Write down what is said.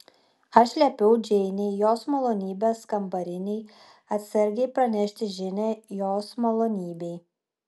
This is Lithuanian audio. aš liepiau džeinei jos malonybės kambarinei atsargiai pranešti žinią jos malonybei